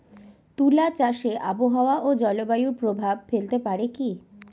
তুলা চাষে আবহাওয়া ও জলবায়ু প্রভাব ফেলতে পারে কি?